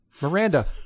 Miranda